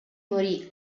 morì